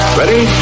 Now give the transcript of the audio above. ready